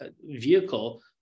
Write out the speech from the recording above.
vehicle